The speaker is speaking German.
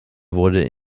wurde